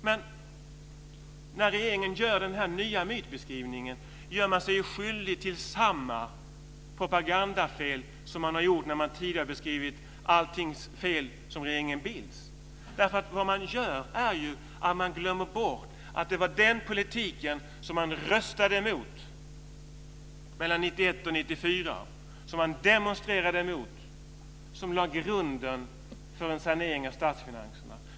Men när regeringen kommer med denna nya myt gör man sig skyldig till samma propagandafel som när man tidigare beskrivit allting som regeringen Bildts fel. Man glömmer bort att det var den politik som man röstade emot mellan 1991 och 1994, den politik som man demonstrerade emot, som lade grunden för en sanering av statsfinanserna.